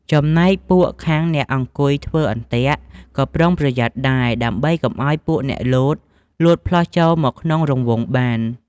ចំណែកពួកខាងអ្នកអង្គុយធ្វើអន្ទាក់ ក៏ប្រុងប្រយ័ត្នដែរ ដើម្បីកុំឲ្យពួកអ្នកលោត លោតផ្លោះចូលមកក្នុងរង្វង់បាន។